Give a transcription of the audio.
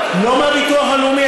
לא מהביטוח הלאומי,